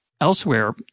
elsewhere